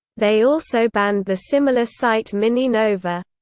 they also banned the similar site mininova.